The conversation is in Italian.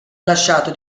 lasciato